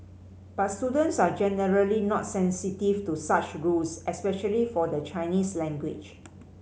but students are generally not sensitive to such rules especially for the Chinese language